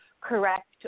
correct